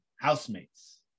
housemates